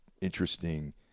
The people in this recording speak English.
interesting